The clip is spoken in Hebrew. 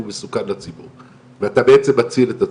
הוא מסוכן לציבור ואתה בעצם מציל את הציבור.